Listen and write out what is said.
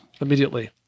immediately